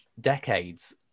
decades